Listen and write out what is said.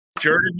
Jordan